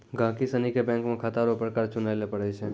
गहिकी सनी के बैंक मे खाता रो प्रकार चुनय लै पड़ै छै